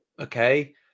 okay